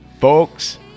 Folks